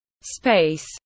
space